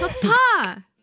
Papa